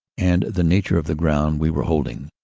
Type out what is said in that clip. and the nature of the ground we were holding,